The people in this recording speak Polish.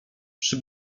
przy